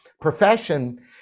profession